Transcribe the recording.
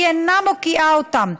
והיא אינה מוקיעה אותם.